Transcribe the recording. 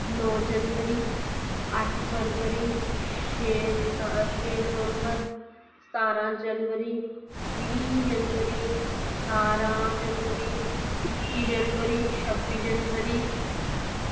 नौ जनबरी अट्ठ फरबरी छे छे नवम्बर सतारां जनबरी बीह् जनबरी ठारां जनबरी इक्की जनबरी छब्बी जनबरी